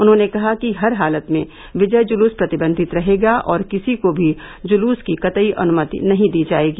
उन्होंने कहा कि हर हालत में विजय जुलूस प्रतिबंधित रहेगा और किसी को भी जुलूस की कतई अनुमति नहीं दी जायेगी